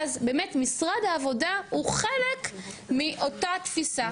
ואז באמת משרד העבודה הוא חלק מאותה תפיסה.